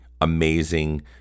amazing